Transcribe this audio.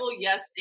yes